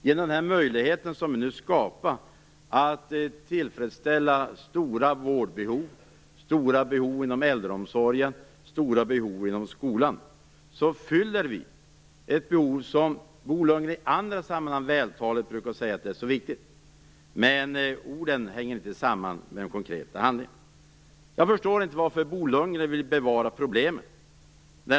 Genom den möjlighet som vi nu skapar att tillfredsställa stora vårdbehov, stora behov inom äldreomsorgen och stora behov inom skolan fyller vi behov som Bo Lundgren i andra sammanhang vältaligt brukar säga är viktiga. Men orden hänger inte samman med konkret handling. Jag förstår inte varför Bo Lundgren vill bevara problemen.